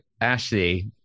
Ashley